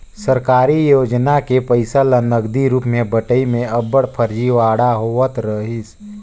सरकारी योजना के पइसा ल नगदी रूप में बंटई में अब्बड़ फरजीवाड़ा होवत रहिस